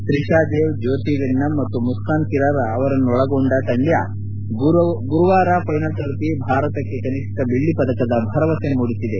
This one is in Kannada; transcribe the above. ತ್ರಿಶಾ ದೇವ್ ಜ್ಯೋತಿ ವೆನ್ನಂ ಮತ್ತು ಮುಸ್ಕಾನ್ ಕಿರಾರ್ ಅವರನ್ನೊಳಗೊಂಡ ತಂಡ ಗುರುವಾರ ಫೈನಲ್ ತಲುಪಿ ಭಾರತಕ್ಕೆ ಕನಿಷ್ಠ ಬೆಳ್ಳಿ ಪದಕದ ಭರವಸೆ ಮೂಡಿಸಿದೆ